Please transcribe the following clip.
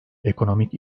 ekonomik